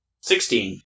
Sixteen